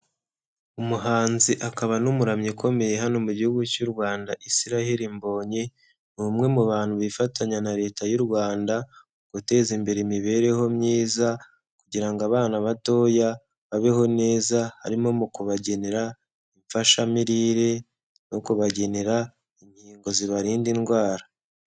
Umuhanzi akaba n'umuramyi ukomeye hano mu gihugu cy'u Rwanda Israel Mbonyi, ni umwe mu bantu bifatanya na leta y'u Rwanda guteza imbere imibereho myiza kugira ngo abana batoya babeho neza, harimo mu kubagenera imfashamirire no kubagenera inkingo zibarinda indwara.